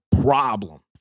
problem